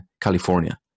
California